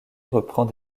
reprend